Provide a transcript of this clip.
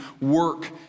work